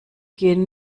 gehen